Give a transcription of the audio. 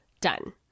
done